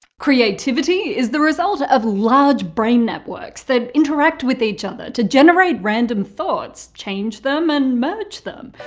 creativity is the result of large brain networks that interact with each other to generate random thoughts, change them and merge them.